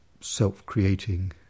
self-creating